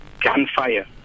gunfire